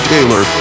Taylor